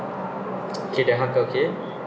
okay the haka ok